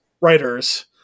writers